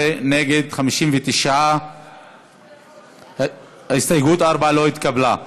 בעד, 16, נגד, 59. הסתייגות 4 לא נתקבלה.